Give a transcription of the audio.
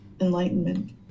enlightenment